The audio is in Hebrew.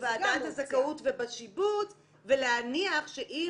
בוועדת הזכאות ובשיבוץ ולהניח שאם